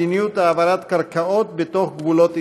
מדיניות העברת קרקעות בתוך גבולות ישראל.